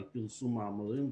על פרסום מאמרים,